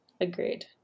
Agreed